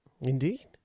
Indeed